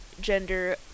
gender